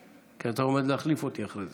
כי אתה עומד להחליף אותי אחרי זה.